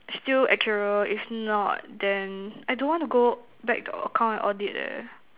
still actuarial if not then I don't want to go back to account and audit eh